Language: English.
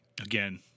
Again